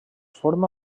forma